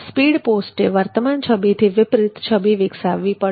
speed પોસ્ટે વર્તમાન છબીથી વિપરીત છબી વિકસાવવી પડશે